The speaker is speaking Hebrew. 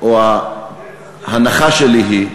או ההנחה שלי היא,